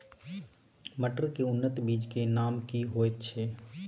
मटर के उन्नत बीज के नाम की होयत ऐछ?